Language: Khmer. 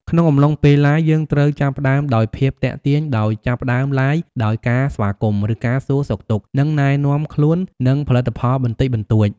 ក្នុងអំឡុងពេល Liveយើងត្រូវចាប់ផ្តើមដោយភាពទាក់ទាញ ដោយចាប់ផ្តើម Live ដោយការស្វាគមន៍ ការសួរសុខទុក្ខ និងណែនាំខ្លួន និងផលិតផលបន្តិចបន្តួច។